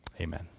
Amen